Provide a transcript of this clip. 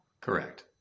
Correct